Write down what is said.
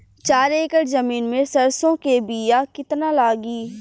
चार एकड़ जमीन में सरसों के बीया कितना लागी?